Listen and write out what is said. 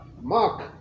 Mark